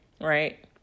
right